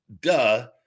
Duh